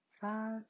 five